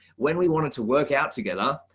when we wanted to work out together,